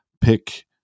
pick